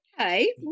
okay